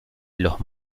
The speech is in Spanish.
los